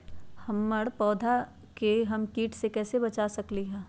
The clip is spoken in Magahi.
हमर तैयार पौधा के हम किट से कैसे बचा सकलि ह?